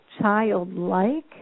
childlike